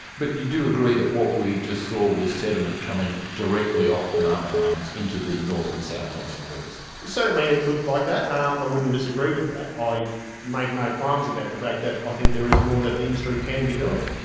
but you do agree that what we just saw was sediment coming directly off banana farms into the north and south johnstone rivers. certainly, it looked like that. i um wouldn't disagree with that. i make no qualms about the fact that i think there is more that the industry can be doing.